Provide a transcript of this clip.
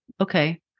Okay